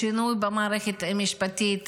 שינוי במערכת המשפטית,